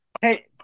hey